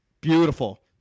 beautiful